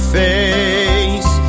face